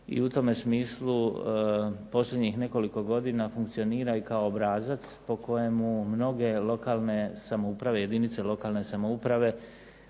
I u tome smislu posljednjih nekoliko godina funkcionira i kao obrazac po kojemu mnoge lokalne samouprave, jedinice lokalne samouprave